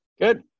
Good